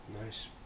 Nice